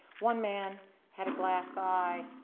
one man had a glass eye.